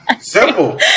Simple